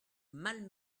mal